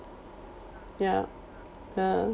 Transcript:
ya ha